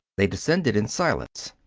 they descended in silence.